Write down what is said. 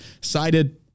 cited